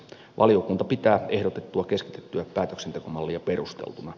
valiokunta pitää ehdotettua keskitettyä päätöksentekomallia perusteltuna